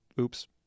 Oops